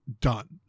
done